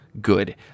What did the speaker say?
good